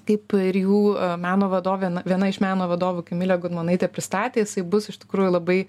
kaip ir jų meno vadovė viena iš meno vadovų kamilė gudmonaitė pristatė jisai bus iš tikrųjų labai